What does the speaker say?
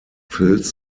fills